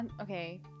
okay